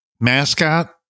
mascot